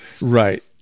Right